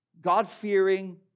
God-fearing